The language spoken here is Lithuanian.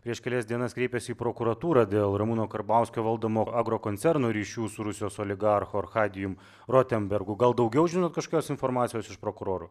prieš kelias dienas kreipėsi į prokuratūrą dėl ramūno karbauskio valdomo agrokoncerno ryšių su rusijos oligarchu archadijumi rotenbergu gal daugiau žinot kažkokios informacijos iš prokurorų